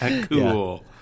Cool